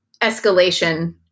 escalation